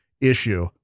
issue